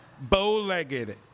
Bow-legged